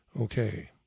Okay